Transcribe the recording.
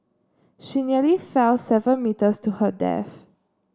she nearly fell seven metres to her death